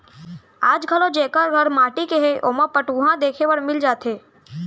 आज घलौ जेकर घर ह माटी के हे ओमा पटउहां देखे बर मिल जाथे